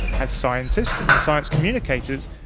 as scientists, and science communicators,